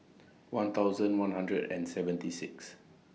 one thousand one hundred and seventy six